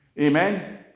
Amen